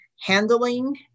handling